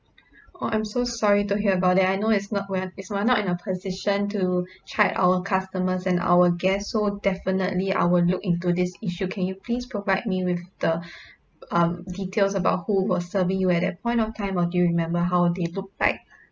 oh I'm so sorry to hear about it I know it's not we're it's we're not in a position to chide our customers and our guests so definitely I will look into this issue can you please provide me with the um details about who was serving you at that point of time or do you remember how they look like